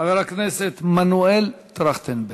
חבר הכנסת מנואל טרכטנברג,